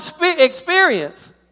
experience